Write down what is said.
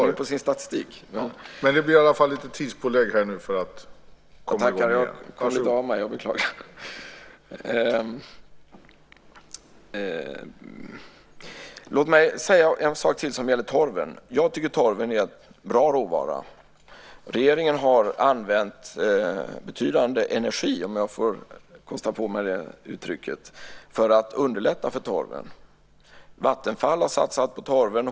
Låt mig säga en sak till som gäller torven. Jag tycker att torven är en bra råvara. Regeringen har använt betydande energi - om jag får kosta på mig det uttrycket - för att underlätta för torven. Vattenfall har satsat på torven.